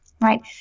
right